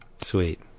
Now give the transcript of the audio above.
Sweet